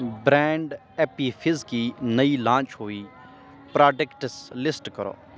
brand ایپی فز کی نئی لانچ ہوئی پراڈکٹس لسٹ کرو